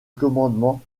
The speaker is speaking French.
commandement